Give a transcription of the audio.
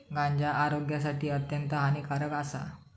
गांजा आरोग्यासाठी अत्यंत हानिकारक आसा